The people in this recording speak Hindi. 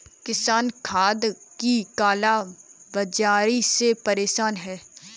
किसान खाद की काला बाज़ारी से परेशान है